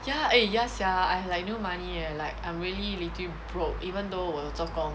ya eh ya sia I like no money eh like I'm really literally broke even though 我有做工